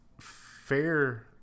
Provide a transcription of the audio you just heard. fair